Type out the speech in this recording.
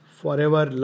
forever